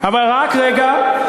רק רגע.